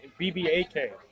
BBAK